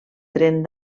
tren